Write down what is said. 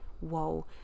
whoa